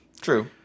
True